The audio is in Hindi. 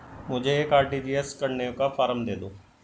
मुझे एक आर.टी.जी.एस करने का फारम दे दो?